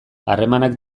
harremanak